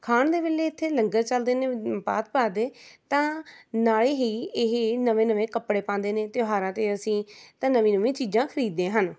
ਖਾਣ ਦੇ ਵੇਲੇ ਇੱਥੇ ਲੰਗਰ ਚੱਲਦੇ ਨੇ ਭਾਂਤ ਭਾਂਤ ਦੇ ਤਾਂ ਨਾਲੇ ਹੀ ਇਹ ਨਵੇਂ ਨਵੇਂ ਕੱਪੜੇ ਪਾਉਂਦੇ ਨੇ ਅਤੇ ਤਿਉਹਾਰਾਂ 'ਤੇ ਅਸੀਂ ਤਾਂ ਨਵੀਆਂ ਨਵੀਆਂ ਚੀਜ਼ਾਂ ਖਰੀਦਦੇ ਹਨ